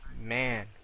man